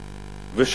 בה?